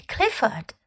Clifford